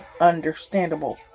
Understandable